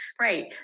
Right